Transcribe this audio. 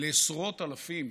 לעשרות אלפים,